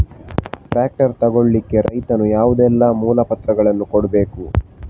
Tractor ತೆಗೊಳ್ಳಿಕೆ ರೈತನು ಯಾವುದೆಲ್ಲ ಮೂಲಪತ್ರಗಳನ್ನು ಕೊಡ್ಬೇಕು?